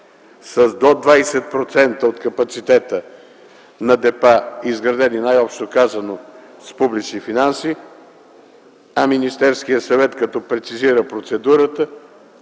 с до 20% от капацитета на депа, изградени, най-общо казано, с публични финанси, а Министерският съвет, като прецизира процедурата,